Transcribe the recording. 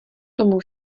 tomu